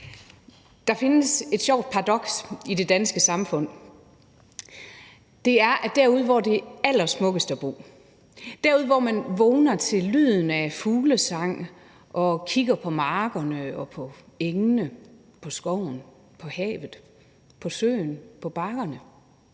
Der findes et sjovt paradoks i det danske samfund. Det er, at derude, hvor det er allersmukkest at bo, derude, hvor man vågner til lyden af fuglesang, hvor man kigger ud over markerne og engene og skoven og havet og søen og bakkerne,